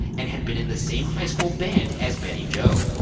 and had been in the same high school band as betty jo.